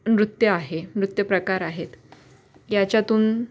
नृत्य आहे नृत्यप्रकार आहेत याच्यातून